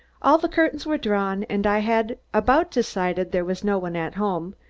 all the curtains were drawn and i had about decided there was no one at home,